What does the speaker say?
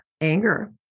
anger